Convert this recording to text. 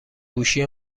گوشی